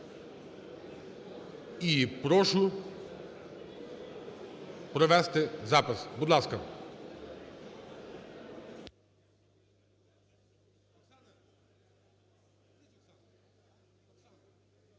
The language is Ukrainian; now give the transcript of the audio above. І прошу провести запис, будь ласка.